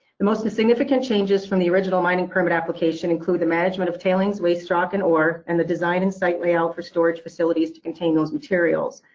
the most insignificant changes from the original mining permit application include the management of tailings, waste rock, and ore, and the design and site layout for storage facilities to contain those materials.